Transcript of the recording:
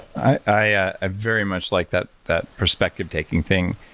i ah ah very much like that that perspective taking thing.